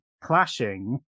clashing